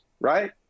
right